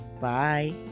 Bye